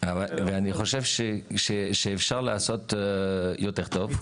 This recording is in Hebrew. חושב שאפשר לעשות יותר טוב.